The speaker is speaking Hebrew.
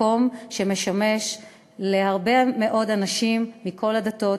בסופו של דבר לא הייתה לה ברירה וקצת נטתה,